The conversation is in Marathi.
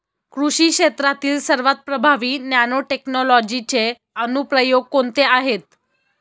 कृषी क्षेत्रातील सर्वात प्रभावी नॅनोटेक्नॉलॉजीचे अनुप्रयोग कोणते आहेत?